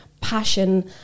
Passion